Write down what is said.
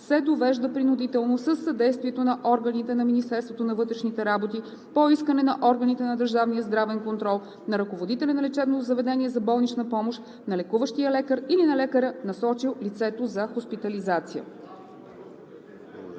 се довежда принудително със съдействието на органите на Министерството на вътрешните работи по искане на органите на държавния здравен контрол, на ръководителя на лечебното заведение за болнична помощ, на лекуващия лекар или на лекаря, насочил лицето за хоспитализация.“